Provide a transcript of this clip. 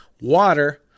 water